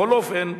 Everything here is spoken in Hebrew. בכל אופן,